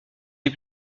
des